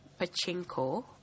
Pachinko